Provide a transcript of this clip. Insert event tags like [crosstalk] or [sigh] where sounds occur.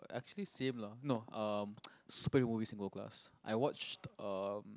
actually same lah no um [noise] superhero movies in gold class I watched um